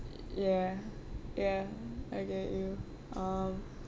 ya ya I get you um